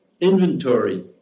inventory